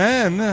Man